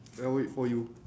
I'll wait for you